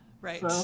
Right